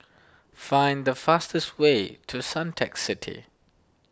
find the fastest way to Suntec City